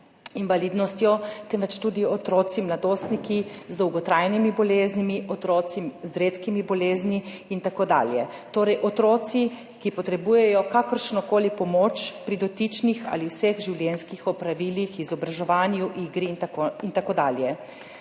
invalidnostjo, temveč tudi otroci, mladostniki z dolgotrajnimi boleznimi, otroci z redkimi bolezni in tako dalje, torej otroci, ki potrebujejo kakršnokoli pomoč pri dotičnih ali vseh življenjskih opravilih, izobraževanju, igri in tako dalje.